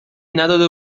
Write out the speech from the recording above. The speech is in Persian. نداده